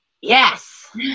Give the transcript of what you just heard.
Yes